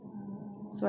orh